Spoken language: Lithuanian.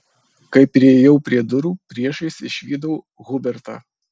kai priėjau prie durų priešais išvydau hubertą